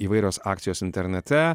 įvairios akcijos internete